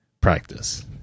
practice